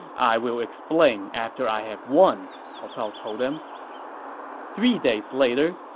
i will explain after i have won, cao cao told them three days later,